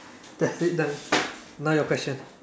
that's it done now your question